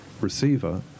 receiver